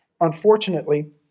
Unfortunately